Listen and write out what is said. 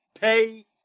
pay